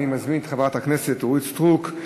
אני מזמין את חברת הכנסת אורית סטרוק,